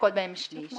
לנכות מהן שליש.